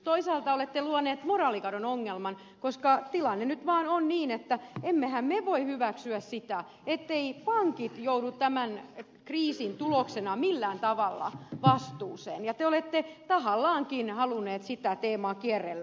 toisaalta olette luoneet moraalikadon ongelman koska tilanne nyt vaan on niin että emmehän me voi hyväksyä sitä etteivät pankit joudu tämän kriisin tuloksena millään tavalla vastuuseen ja te olette tahallaankin halunneet sitä teemaa kierrellä